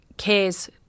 Cares